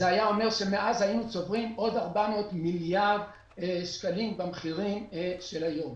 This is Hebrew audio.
היינו צוברים עוד 400 מיליארד שקלים במחירים של היום.